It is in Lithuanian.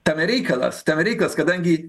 tame reikalas tame reikalas kadangi